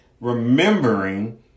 remembering